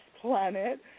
planet